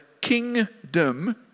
kingdom